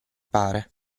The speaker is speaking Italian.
pare